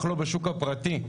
אך לא בשוק הפרטי,